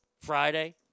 Friday